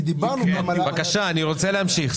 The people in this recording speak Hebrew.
אני רוצה להמשיך.